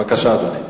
בבקשה, אדוני.